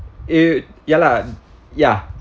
it ya lah ya